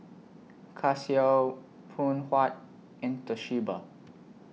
Casio Phoon Huat and Toshiba